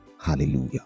Hallelujah